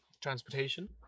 transportation